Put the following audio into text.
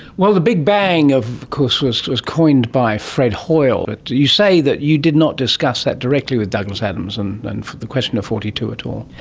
well, the big bang of course was was coined by fred hoyle, but you say that you did not discuss that directly with douglas adams and the question of forty two at all.